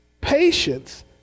patience